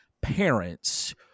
Parents